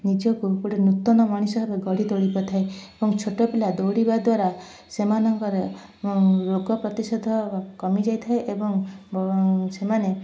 ନିଜକୁ ଗୋଟେ ନୂତନ ମଣିଷ ଭାବେ ଗଢ଼ି ତୋଳି ପାରିଥାଏ ଏବଂ ଛୋଟ ପିଲା ଦୌଡ଼ିବା ଦ୍ଵାରା ସେମାନଙ୍କର ରୋଗ ପ୍ରତିଶୋଧ କମି ଯାଇଥାଏ ଏବଂ ବ ସେମାନେ